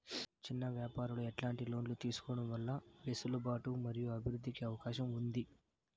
చిన్న వ్యాపారాలు ఎట్లాంటి లోన్లు తీసుకోవడం వల్ల వెసులుబాటు మరియు అభివృద్ధి కి అవకాశం ఉంది?